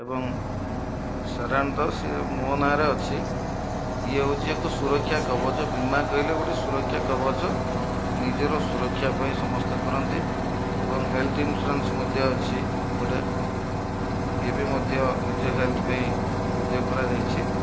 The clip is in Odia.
ଏବଂ ସାଧାରଣତଃ ସେ ମୋ ନାଁ'ରେ ଅଛି ଇଏ ହେଉଛି ଏକ ସୁରକ୍ଷା କବଚ ବୀମା କହିଲେ ଗୋଟେ ସୁରକ୍ଷା କବଚ ନିଜର ସୁରକ୍ଷା ପାଇଁ ସମସ୍ତେ କରନ୍ତି ଏବଂ ହେଲ୍ଥ୍ ଇନ୍ସୁରାନ୍ସ ମଧ୍ୟ ଅଛି ଗୋଟେ ଏବେ ମଧ୍ୟ ନିଜ ହେଲ୍ଥ୍ ପାଇଁ ମଧ୍ୟ କରାଯାଇଛି